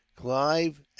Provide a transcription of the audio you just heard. Clive